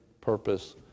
purpose